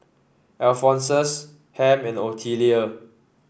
Alphonsus Ham and Otelia